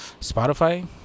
Spotify